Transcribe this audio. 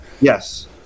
Yes